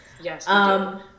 Yes